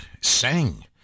sang